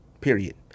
period